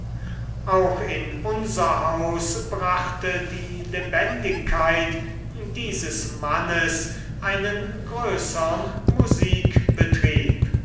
auch in unser haus brachte die lebendigkeit dieses mannes einen größern